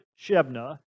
Shebna